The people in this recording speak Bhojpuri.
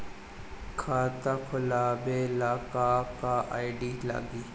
खाता खोलाबे ला का का आइडी लागी?